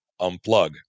unplug